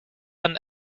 and